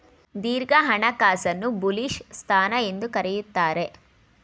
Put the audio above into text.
ದೀರ್ಘ ಹಣಕಾಸನ್ನು ಬುಲಿಶ್ ಸ್ಥಾನ ಎಂದು ಕರೆಯುತ್ತಾರೆ